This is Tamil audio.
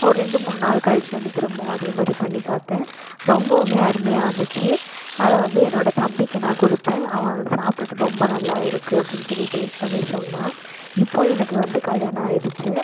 ஒரு ரெண்டு மூணு நாள் கழிச்சு வந்து திரும்பவும் அதே மாதிரி பண்ணி பார்த்தேன் ரொம்பவும் அருமையாக வந்துச்சு அதை வந்து என்னோடய தம்பிக்கு நான் கொடுத்தேன் அவன் அதை சாப்பிடுட்டு ரொம்ப நல்லா இருக்குது அப்படின்னு சொல்லி டேஸ்ட் பண்ணி சொன்னான் இப்போது எனக்கு வந்து கல்யாணம் ஆயிடுச்சு